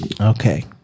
Okay